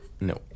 no